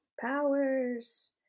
Powers